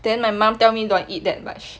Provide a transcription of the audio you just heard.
then my mum tell me don't eat that much